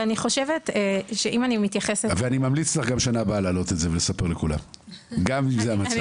אני ממליץ לך גם בשנה הבאה להעלות את זה ולספר לכולם גם אם זה המצב.